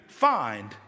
find